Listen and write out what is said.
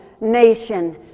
nation